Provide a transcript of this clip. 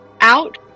out